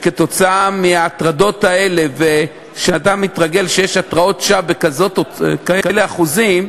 כתוצאה מההטרדות האלה אתה מתרגל שיש התרעות שווא בכאלה אחוזים,